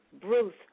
Bruce